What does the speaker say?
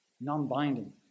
non-binding